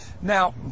Now